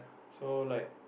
so like